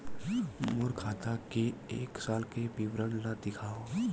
मोर खाता के एक साल के विवरण ल दिखाव?